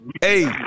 Hey